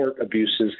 abuses